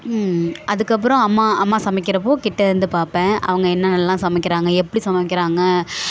அதுக்கப்புறம் அம்மா அம்மா சமைக்கிறப்போது கிட்டே இருந்து பார்ப்பேன் அவங்க என்னனெல்லாம் சமைக்கிறாங்க எப்படி சமைக்கிறாங்க